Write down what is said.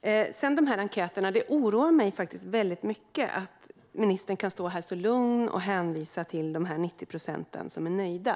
När det gäller enkäterna oroar det mig faktiskt väldigt mycket att ministern kan stå här så lugnt och hänvisa till de 90 procent som är nöjda.